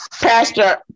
Pastor